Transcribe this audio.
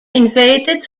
invaded